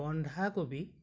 বন্ধাকবি